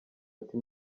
ati